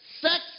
Sex